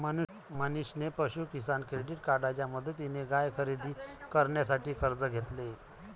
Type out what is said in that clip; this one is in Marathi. मनीषने पशु किसान क्रेडिट कार्डच्या मदतीने गाय खरेदी करण्यासाठी कर्ज घेतले